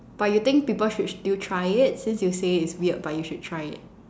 but you think people should still try it since you think it's weird but you should try it